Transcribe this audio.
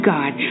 God